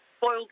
boiled